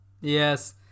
Yes